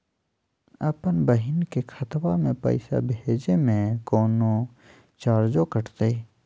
अपन बहिन के खतवा में पैसा भेजे में कौनो चार्जो कटतई?